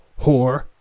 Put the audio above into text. Whore